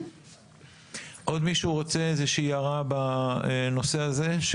עוד מישהו רוצה להעיר הערה בנושא הזה?